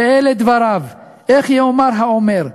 ואלה דבריו: "איך יאמר האומר,